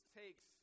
takes